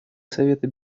совета